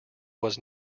was